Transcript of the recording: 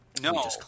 No